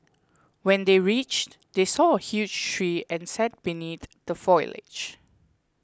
when they reached they saw a huge tree and sat beneath the foliage